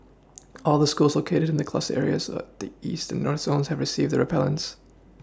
all the schools located in the cluster areas the east and North zones have received the repellents